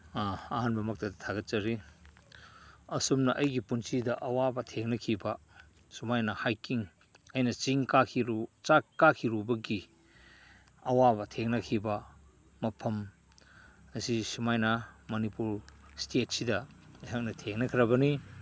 ꯑꯥ ꯑꯍꯥꯟꯕ ꯃꯛꯇꯗ ꯊꯥꯒꯠꯆꯔꯤ ꯑꯁꯨꯝꯅ ꯑꯩꯒꯤ ꯄꯨꯟꯁꯤꯗ ꯑꯋꯥꯕ ꯊꯦꯡꯅꯈꯤꯕ ꯁꯨꯃꯥꯏꯅ ꯍꯥꯏꯀꯤꯡ ꯑꯩꯅ ꯆꯤꯡ ꯀꯥꯈꯤꯕꯒꯤ ꯑꯋꯥꯕ ꯊꯦꯡꯅꯈꯤꯕ ꯃꯐꯝ ꯑꯁꯤ ꯁꯨꯃꯥꯏꯅ ꯃꯅꯤꯄꯨꯔ ꯁ꯭ꯇꯦꯠꯁꯤꯗ ꯑꯩꯍꯥꯛꯅ ꯊꯦꯡꯅꯈ꯭ꯔꯕꯅꯤ